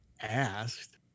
asked